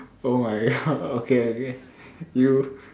oh my god okay okay you